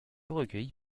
recueilli